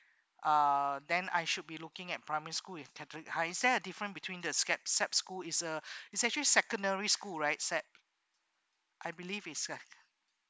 uh then I should be looking at primary school in catholic high is there a different between the scared sap school is uh it's actually secondary school right sap I believe is sap